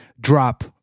drop